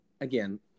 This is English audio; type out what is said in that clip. again